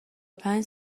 پنج